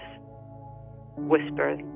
whisper